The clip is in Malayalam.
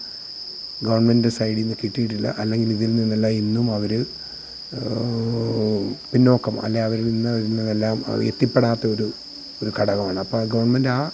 ഗവണ്മെന്റിന്റെ സൈഡിൽ നിന്ന് കിട്ടിയിട്ടില്ല അല്ലെങ്കിലിതിൽ നിന്നെല്ലാം ഇന്നും അവർ പിന്നോക്കം അല്ലെങ്കിൽ അവരിൽ നിന്ന് ഇന്നുമെല്ലാം എത്തിപ്പെടാത്ത ഒരു ഒരു ഘടകമാണ് അപ്പോൾ ആ ഗവണ്മെന്റ് ആ